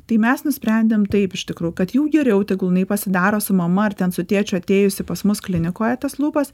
tai mes nusprendėm taip iš tikrųjų kad jau geriau tegul jinai pasidaro su mama ar ten su tėčiu atėjusi pas mus klinikoje tas lūpas